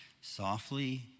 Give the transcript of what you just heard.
softly